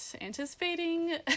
anticipating